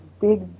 big